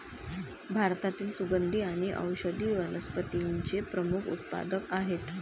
भारतातील सुगंधी आणि औषधी वनस्पतींचे प्रमुख उत्पादक आहेत